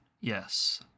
yes